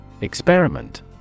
Experiment